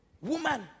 woman